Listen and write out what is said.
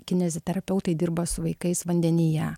kineziterapeutai dirba su vaikais vandenyje